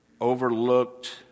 overlooked